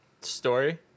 story